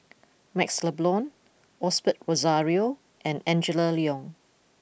Maxle Blond Osbert Rozario and Angela Liong